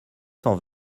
cent